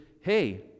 hey